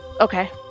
Okay